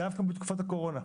דווקא בתקופת הקורונה,